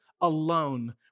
alone